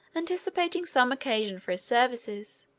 anticipating some occasion for his services,